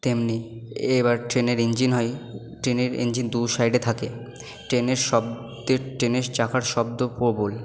তেমনি এবার ট্রেনের ইঞ্জিন হয় ট্রেনের ইঞ্জিন দু সাইডে থাকে ট্রেনের শব্দের ট্রেনের চাকার শব্দ প্রবল